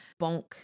bonk